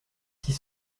six